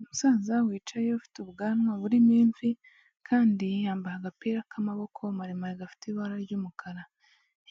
Umusaza wicaye ufite ubwanwa burimo imvi kandi yambaye agapira k'amaboko maremare gafite ibara ry'umukara,